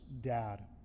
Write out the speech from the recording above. dad